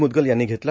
मुद्गल यांनी घेतला